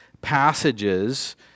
passages